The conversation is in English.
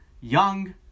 young